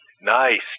Nice